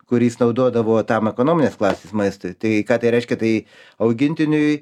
kurį jis naudodavo tam ekonominės klasės maistui tai ką tai reiškia tai augintiniui